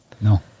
No